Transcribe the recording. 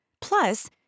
Plus